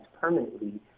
permanently